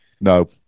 No